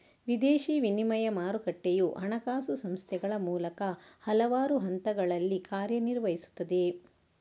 ವಿದೇಶಿ ವಿನಿಮಯ ಮಾರುಕಟ್ಟೆಯು ಹಣಕಾಸು ಸಂಸ್ಥೆಗಳ ಮೂಲಕ ಹಲವಾರು ಹಂತಗಳಲ್ಲಿ ಕಾರ್ಯ ನಿರ್ವಹಿಸುತ್ತದೆ